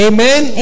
Amen